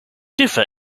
differ